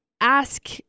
ask